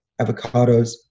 avocados